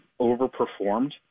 overperformed